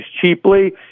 cheaply